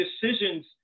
decisions